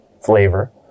flavor